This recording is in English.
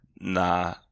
nah